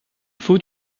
faut